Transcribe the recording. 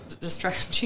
Destruction